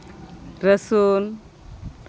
ᱨᱟᱹᱥᱩᱱ